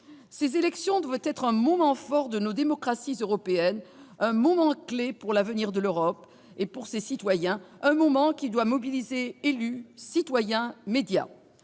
Ces élections doivent être un moment fort de nos démocraties européennes, un moment clé pour l'avenir de l'Europe et pour ses citoyens, un moment qui doit mobiliser élus, citoyens, médias.